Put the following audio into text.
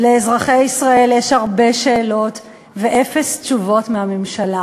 ולאזרחי ישראל יש הרבה שאלות ואפס תשובות מהממשלה,